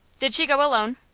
did she go alone?